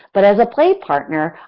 but, as a play partner,